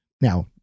now